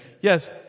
Yes